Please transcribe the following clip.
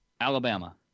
Alabama